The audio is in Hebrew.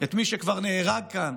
פעם שנייה את מי שכבר נהרג כאן